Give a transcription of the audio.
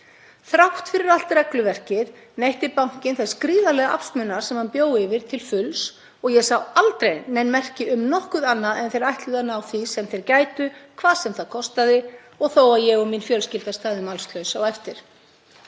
Þrátt fyrir allt regluverkið neytti bankinn þess gríðarlega aflsmunar sem hann bjó yfir til fulls og ég sá aldrei nein merki um nokkuð annað en að þeir ætluðu að ná því sem þeir gætu, hvað sem það kostaði og þó að ég og mín fjölskylda stæðum allslaus eftir.